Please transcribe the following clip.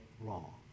wrong